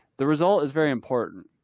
the result is very important.